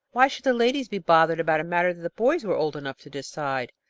why should the ladies be bothered about a matter that the boys were old enough to decide?